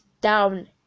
down